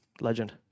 Legend